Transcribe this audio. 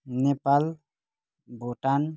Nepal Bhutan